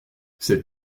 sais